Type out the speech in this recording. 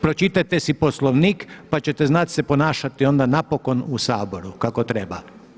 Pročitajte si Poslovnik pa ćete znati se ponašati onda napokon u Saboru kako treba.